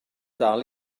dal